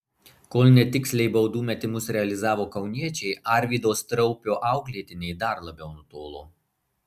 kol netiksliai baudų metimus realizavo kauniečiai arvydo straupio auklėtiniai dar labiau nutolo